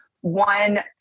one